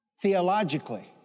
theologically